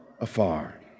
afar